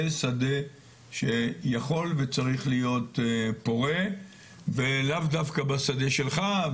זה שדה שיכול וצריך להיות פורה ולאו דווקא בשדה שלך,